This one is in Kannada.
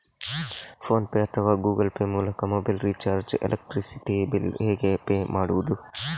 ಫೋನ್ ಪೇ ಅಥವಾ ಗೂಗಲ್ ಪೇ ಮೂಲಕ ಮೊಬೈಲ್ ರಿಚಾರ್ಜ್, ಎಲೆಕ್ಟ್ರಿಸಿಟಿ ಬಿಲ್ ಹೇಗೆ ಪೇ ಮಾಡುವುದು?